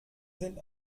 sind